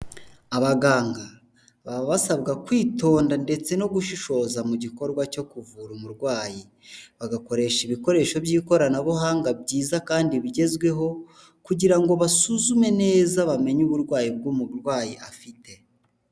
Abaganga baba basabwa kwitonda ndetse no gushishoza mu gikorwa cyo kuvura umurwayi, bagakoresha ibikoresho by'ikoranabuhanga byiza kandi bigezweho, kugira ngo basuzume neza bamenye uburwayi bw'umurwayi afite.